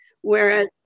Whereas